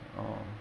orh